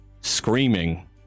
Screaming